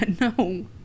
no